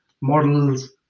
models